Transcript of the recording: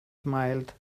smiled